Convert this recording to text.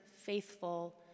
faithful